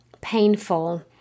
painful